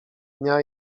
dnia